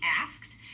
asked